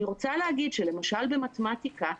למשל במתמטיקה,